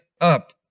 up